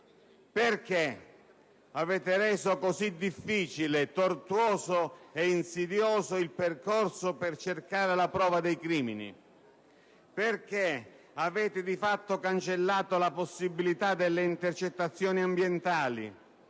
Perché avete reso così difficile, tortuoso e insidioso il percorso per cercare la prova dei crimini? Perché avete, di fatto, cancellato la possibilità delle intercettazioni ambientali,